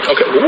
Okay